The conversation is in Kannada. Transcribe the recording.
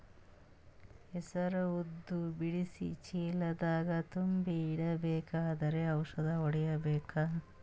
ಹೆಸರು ಉದ್ದ ಬಿಡಿಸಿ ಚೀಲ ದಾಗ್ ತುಂಬಿ ಇಡ್ಬೇಕಾದ್ರ ಔಷದ ಹೊಡಿಬೇಕ?